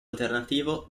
alternativo